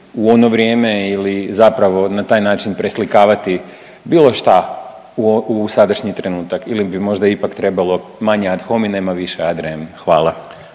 u ono vrijeme ili zapravo na taj način preslikavati bilo šta u sadašnji trenutak ili bi možda ipak više trebalo manje ad hominem, a više ad rem. Hvala.